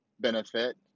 benefit